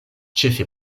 ĉefe